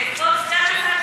חוץ מזה, כבוד סגן השר,